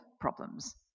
problems